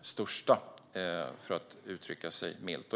största, för att uttrycka sig milt.